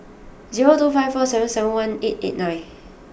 zero two five four seven seven one eight eight nine